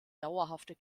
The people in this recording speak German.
dauerhafter